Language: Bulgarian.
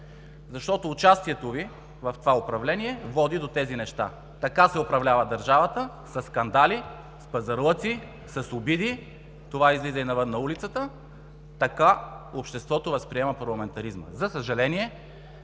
това. Участието Ви в това управление води до тези неща. Така се управлява държавата – със скандали, с пазарлъци с обиди. Това излиза и навън на улицата, така обществото възприема парламентаризма. За съжаление,